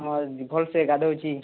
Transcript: ହଁ ଦିଦି ଭଲସେ ଗାଧୋଉଛି